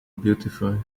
beautifully